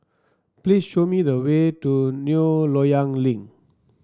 please show me the way to New Loyang Link